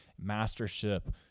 mastership